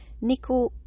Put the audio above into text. Nico